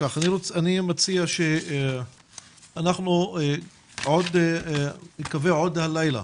מציע שאנחנו נקווה עוד הלילה